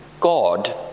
God